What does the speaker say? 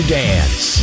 dance